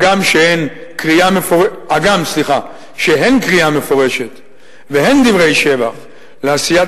הגם שהן קריאה מפורשת והן דברי שבח לעשיית